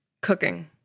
Cooking